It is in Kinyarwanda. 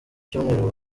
cyumweru